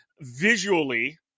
Visually